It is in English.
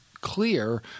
clear